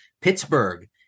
Pittsburgh